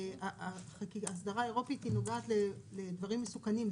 האסדרה האירופית נוגעת לדברים מסוכנים,